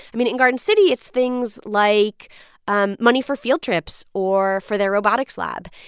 i mean, in garden city, it's things like um money for field trips or for their robotics lab.